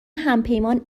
همپیمان